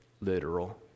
literal